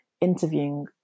interviewing